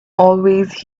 always